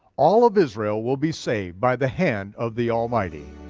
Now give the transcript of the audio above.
all of israel will be saved by the hand of the almighty.